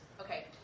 Okay